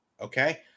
okay